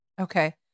Okay